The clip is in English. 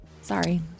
sorry